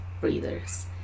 breathers